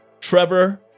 trevor